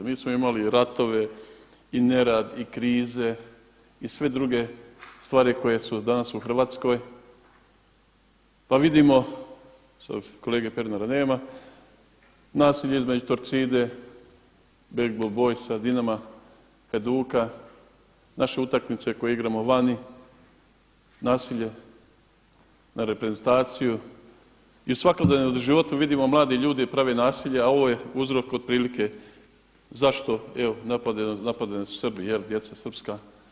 Mi smo imali ratove i nerad i krize i sve druge stvari koje su danas u Hrvatskoj pa vidimo, sada kolege Pernara nema, nasilje između Torcide i BBB Dinama, Hajduka, naše utakmice koje igramo vani, nasilje na reprezentaciju i svakodnevno u životu vidimo mladi ljude prave nasilje, a ovo je uzrok otprilike zašto evo napadaju nas Srbi, djeca srpska.